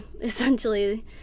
essentially